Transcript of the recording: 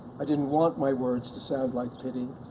i didn't want my words to sound like pity.